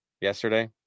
yesterday